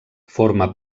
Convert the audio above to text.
forma